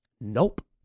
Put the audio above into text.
Nope